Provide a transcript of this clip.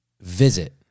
visit